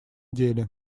деле